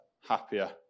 happier